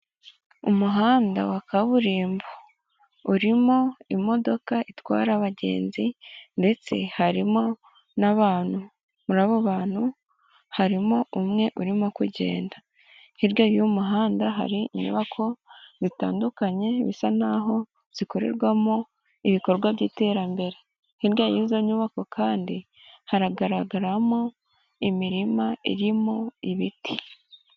Umuhanda wa kaburimbo, urimo imodoka itwara abagenzi ndetse harimo n'abantu, muri abo bantu harimo umwe urimo kugenda, hirya y'uwo muhanda hari inyubako zitandukanye bisa n'aho zikorerwamo ibikorwa by'iterambere, hirya y'izo nyubako kandi haragaragaramo imirima irimo ibiti.